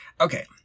Okay